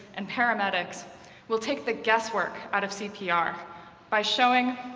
and paramedics will take the guesswork out of cpr by showing,